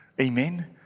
Amen